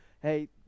hey